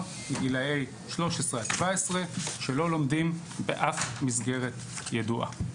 בגילאי 13-17 שלא לומדים באף מסגרת ידועה.